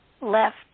left